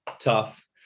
tough